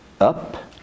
up